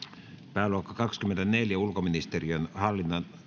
pääluokka kaksikymmentäneljä ulkoministeriön hallinnonala